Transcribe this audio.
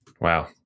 Wow